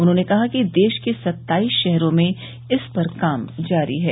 उन्होंने कहा कि देश के सत्ताईस शहरों में इस पर काम जारी है